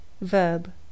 verb